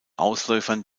ausläufern